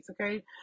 okay